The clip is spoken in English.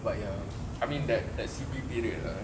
but ya I mean that that C_B period ah